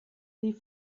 die